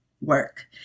work